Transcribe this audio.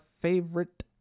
favorite